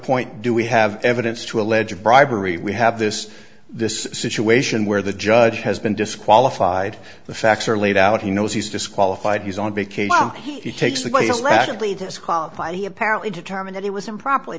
point do we have evidence to allege of bribery we have this this situation where the judge has been disqualified the facts are laid out he knows he's disqualified he's on vacation he takes the place rapidly disqualified he apparently determine that he was improperly